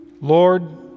Lord